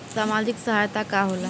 सामाजिक सहायता का होला?